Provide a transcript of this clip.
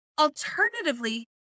Alternatively